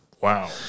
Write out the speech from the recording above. Wow